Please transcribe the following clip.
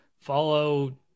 Follow